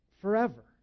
forever